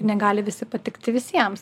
negali visi patikti visiems